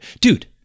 dude